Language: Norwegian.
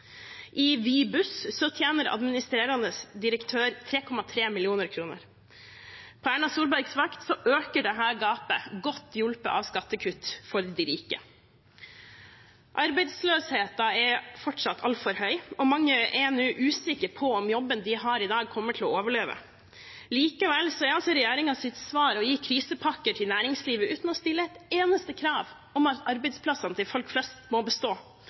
I Vy Buss tjener administrerende direktør 3,3 mill. kr. På Erna Solbergs vakt øker dette gapet, godt hjulpet av skattekutt for de rike. Arbeidsløsheten er fortsatt altfor høy, og mange er nå usikre på om jobben de har i dag, kommer til å overleve. Likevel er regjeringens svar å gi krisepakker til næringslivet – uten å stille et eneste krav om at arbeidsplassene til folk flest må bestå,